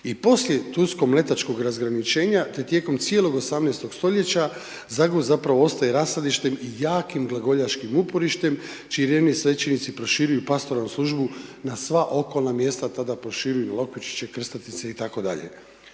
I poslije tursko-mletačkog razgraničenja, te tijekom cijelog 18.-og stoljeća, Zagvozd zapravo ostaje rasadištem i jakim glagoljaškim uporištem .../Govornik se ne razumije./... svećenici proširuju pastoralnu službu na sva okolna mjesta, tada proširuju Lopočiće, Krstatice i